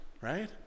right